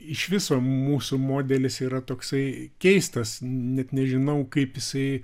iš viso mūsų modelis yra toksai keistas net nežinau kaip jisai